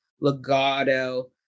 legato